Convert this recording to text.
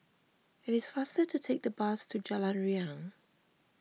it is faster to take the bus to Jalan Riang